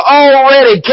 already